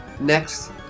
Next